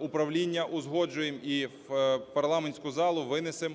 управління узгоджуємо і в парламентську залу винесемо